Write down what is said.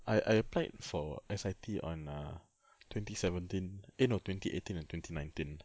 I I applied for S_I_T on err twenty seventeen eh no twenty eighteen or twenty nineteen